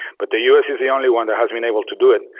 but the us is the only one that has been able to do it.